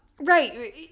Right